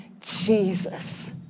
Jesus